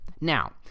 Now